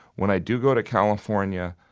when i do go to california,